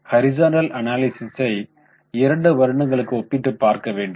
horizontal அனாலிசிஸை 2 வருடங்களுக்கு ஒப்பிட்டு பார்க்க வேண்டும்